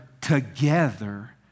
together